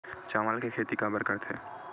चावल के खेती काबर करथे?